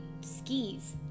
skis